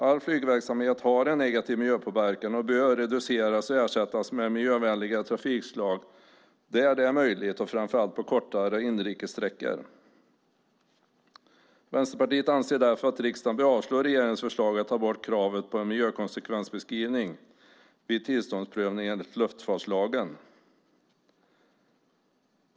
All flygverksamhet har en negativ miljöpåverkan och bör reduceras och ersättas med miljövänligare trafikslag där det är möjligt, framför allt på kortare inrikessträckor. Vänsterpartiet anser därför att riksdagen bör avslå regeringens förslag att ta bort kravet på en miljökonsekvensbeskrivning vid tillståndsprövningen enligt luftfartslagen.